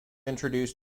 introduced